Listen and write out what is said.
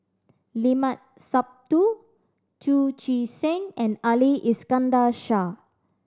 Limat Sabtu Chu Chee Seng and Ali Iskandar Shah